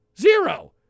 Zero